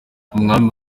umwami